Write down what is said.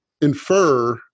infer